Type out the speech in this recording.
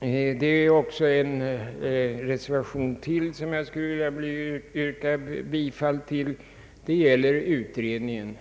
Jag skall också be att få yrka bifall till den reservation som gäller utredningen.